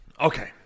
Okay